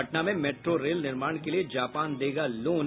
पटना में metro rail निर्माण के लिए जापान देगा लोन